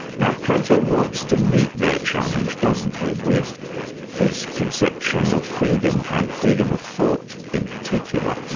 now plato wants to meet their challenge, doesn't he, with his conception of freedom, and freedom of thought in particular,